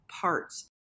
parts